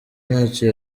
ntacyo